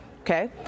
Okay